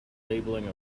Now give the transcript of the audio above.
labeling